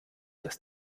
das